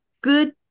good